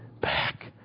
back